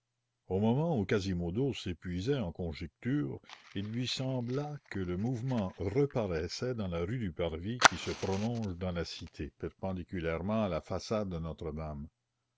au moment où quasimodo s'épuisait en conjectures il lui sembla que le mouvement reparaissait dans la rue du parvis qui se prolonge dans la cité perpendiculairement à la façade de notre-dame